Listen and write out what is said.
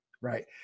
Right